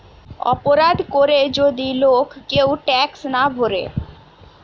অপরাধ করে যদি লোক কেউ ট্যাক্স না ভোরে